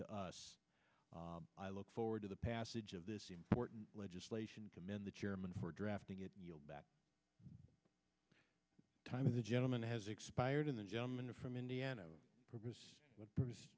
to us i look forward to the passage of this important legislation commend the chairman for drafting it that time of the gentleman has expired and the gentleman from indiana purpose